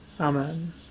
Amen